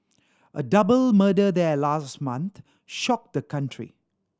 a double murder there last month shocked the country